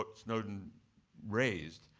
but snowden raised,